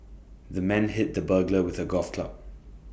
the man hit the burglar with A golf club